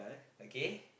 okay